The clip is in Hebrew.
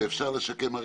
ואפשר לשקם.